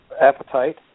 appetite